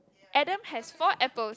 Adam has four apples